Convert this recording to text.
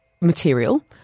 material